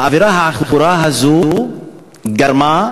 האווירה העכורה הזאת גרמה,